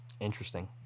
Interesting